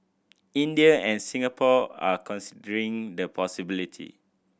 India and Singapore are considering the possibility